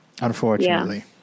Unfortunately